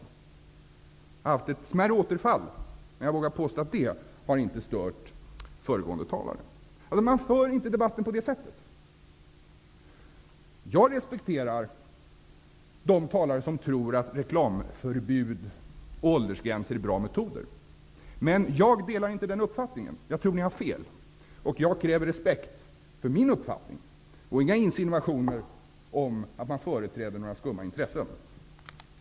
Jag har haft ett smärre återfall, men jag vågar påstå att det inte har stört föregående talare. Man för inte debatten på det sättet. Jag respekterar de talare som tror att reklamförbud och åldersgränser är bra metoder, men jag delar inte den uppfattningen. Jag tror att ni har fel, och jag kräver respekt för min uppfattning, och jag vill inte höra några insinuationer om att jag skulle företräda några skumma intressen.